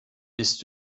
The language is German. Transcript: bist